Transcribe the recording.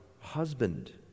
husband